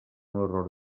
horror